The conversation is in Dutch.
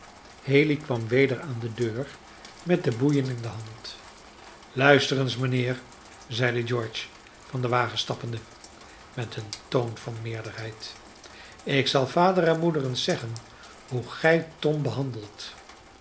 haley kwam weder aan de deur met de boeien in de hand luister eens mijnheer zeide george van den wagen stappende met een toon van meerderheid ik zal vader en moeder eens zeggen hoe gij oom tom behandelt